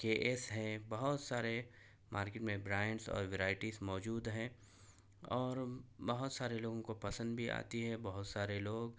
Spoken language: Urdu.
کے ایس ہے بہت سارے مارکیٹ میں براںڈس اور ورائٹیز موجود ہیں اور بہت سارے لوگوں کو پسند بھی آتی ہے بہت سارے لوگ